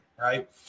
Right